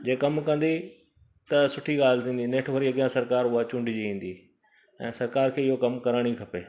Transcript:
जे कमु कंदी त सुठी ॻाल्हि थींदी नेठि वरी अॻियां सरकार उहा चूंडजी ईंदी ऐं सरकार खे इहो कमु करणु ई खपे